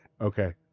Okay